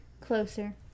closer